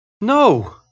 No